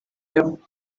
them